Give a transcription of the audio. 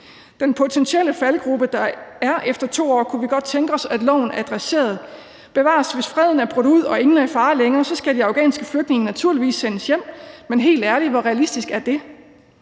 Den potentielle faldgrube, der er efter 2 år, kunne vi godt tænke os at lovforslaget adresserede. Bevares, hvis freden er brudt ud og ingen er i fare længere, skal de afghanske flygtninge naturligvis sendes hjem, men helt ærligt, hvor realistisk er det?